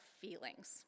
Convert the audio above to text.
feelings